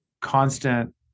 constant